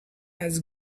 has